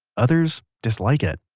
others dislike it,